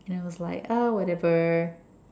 and I was like ah whatever